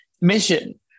mission